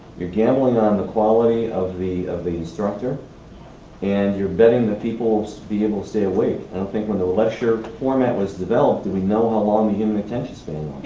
you're gambling on the quality of the of the instructor and you're betting the people to be able to stay awake. i don't think when the lecture format was developed that we know how long the human attention span